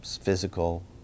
physical